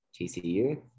TCU